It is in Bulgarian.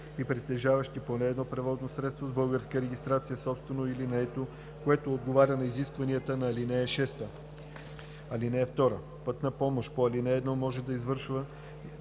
и притежаващи поне едно превозно средство с българска регистрация, собствено или наето, което отговаря на изискванията на ал. 6. (2) Пътна помощ по ал. 1 може да се извършва